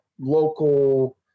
local